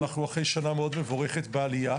אנחנו אחרי שנה מאוד מבורכת בעלייה,